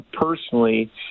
personally